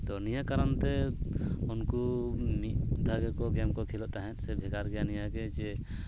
ᱛᱚ ᱱᱤᱭᱟᱹ ᱠᱟᱨᱚᱱ ᱛᱮ ᱩᱱᱠᱩ ᱢᱤᱫ ᱫᱷᱟᱣ ᱜᱮᱠᱚ ᱜᱮᱢ ᱠᱚ ᱠᱷᱮᱞᱚᱜ ᱛᱟᱦᱮᱸᱫ ᱥᱮ ᱵᱷᱮᱜᱟᱨ ᱜᱮᱭᱟ ᱱᱤᱭᱟᱹᱜᱮ ᱡᱮ